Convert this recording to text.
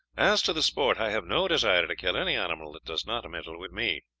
as to the sport, i have no desire to kill any animal that does not meddle with me.